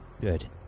Good